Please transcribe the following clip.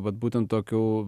vat būtent tokių